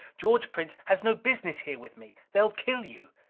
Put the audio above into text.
george prince has no business here with me! they'll kill you!